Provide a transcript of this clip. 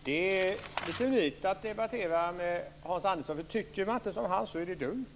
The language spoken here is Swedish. Fru talman! Det är lite drygt att debattera med Hans Andersson, för tycker man inte som han så är det dumt.